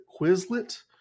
Quizlet